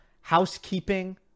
housekeeping